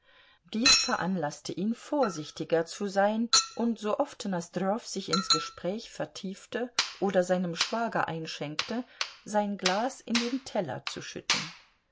dies veranlaßte ihn vorsichtiger zu sein und sooft nosdrjow sich ins gespräch vertiefte oder seinem schwager einschenkte sein glas in den teller zu schütten